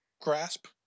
grasp